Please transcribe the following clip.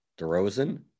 DeRozan